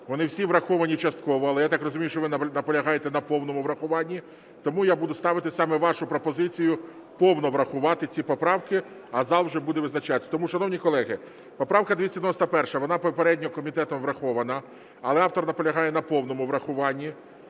вони всі враховані частково. Але я так розумію, що ви наполягаєте на повному врахуванні, тому я буду ставити саме вашу пропозицію повно врахувати ці поправки, а зал вже буде визначатись. Тому, шановні колеги, поправка 291, вона попередньо комітетом врахована, але автор наполягає на повному врахуванні,